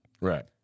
Right